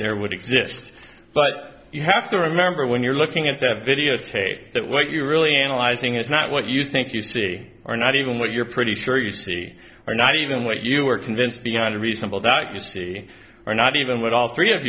exist but you have to remember when you're looking at the videotape that what you're really analyzing is not what you think you see or not even what you're pretty sure you see or not even what you are convinced beyond a reasonable doubt you see or not even what all three of